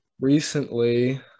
recently